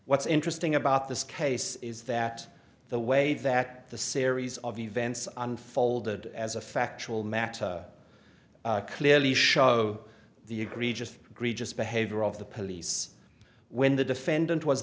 what's interesting about this case is that the way that the series of events unfolded as a factual matter clearly show the egregious gree just behavior of the police when the defendant